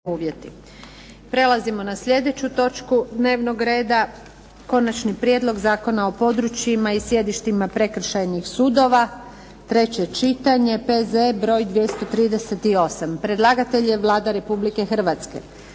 Prelazimo na slijedeću točku dnevnog reda –- Konačni prijedlog Zakona o područjima i sjedištima prekršajnih sudova, treće čitanje, P.Z. br. 238 Predlagatelj: Vlada Republike Hrvatske